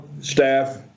staff